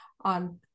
on